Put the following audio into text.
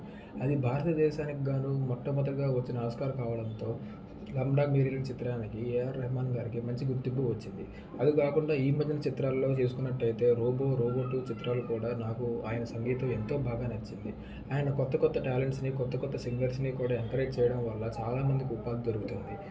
అది భారతదేశానికి కాను మొట్టమొదటిగా వచ్చిన ఆస్కార్ కావాడంతో స్లమ్డాగ్ మిలీనియర్ చిత్రానికి ఏఆర్ రెహమాన్ గారికి మంచి గుర్తింపు వచ్చింది అది కాకుండా ఈ మధ్యన చిత్రాల్లో చూసుకున్నట్టు అయితే రోబో రోబో టూ చిత్రాలు కూడా నాకు ఆయన సంగీతం ఎంతో బాగా నచ్చింది ఆయన కొత్త కొత్త ట్యాలెంట్స్ని కొత్త కొత్త సింగర్స్ని కూడా ఎంకరేజ్ చేయడం వల్ల చాలామందికి ఉపాధి దొరుకుతుంది